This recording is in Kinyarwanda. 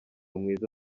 mwiza